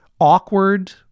awkward